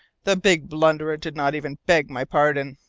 the big blunderer did not even beg my pardon!